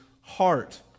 heart